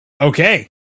Okay